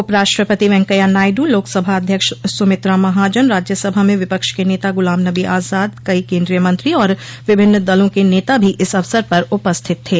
उपराष्ट्र पति वेंकैया नायडु लोकसभा अध्यक्ष सुमित्रा महाजन राज्यसभा में विपक्ष के नेता गुलाम नबो आजाद कई केन्द्रीय मंत्री और विभिन्न दलों के नेता भी इस अवसर पर उपस्थित थे